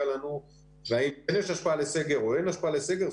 אלינו והאם כן יש השפעה לסגר או אין השפעה לסגר,